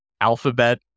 Alphabet